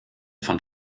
von